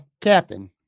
Captain